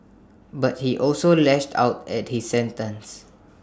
but he also lashed out at his sentence